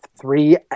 three